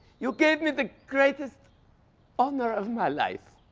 you gave me the greatest honor of my life.